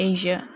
Asia